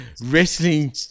Wrestling